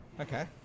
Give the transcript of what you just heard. Okay